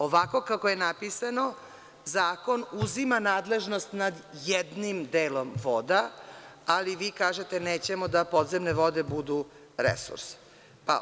Ovako kako je napisano, zakon uzima nadležnost nad jednim delom voda, ali vi kažete nećemo da podzemne vode budu resursi.